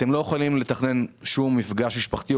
הם לא יכולים לתכנן שום מפגש משפחתי,